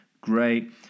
great